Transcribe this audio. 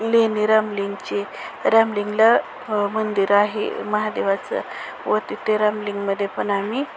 लेणी रामलिंगचे रामलिंगला मंदिर आहे महादेवाचं व तिथे रामलिंगमध्ये पण आम्ही